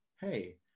Hey